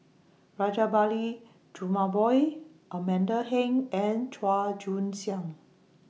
Rajabali Jumabhoy Amanda Heng and Chua Joon Siang